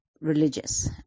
religious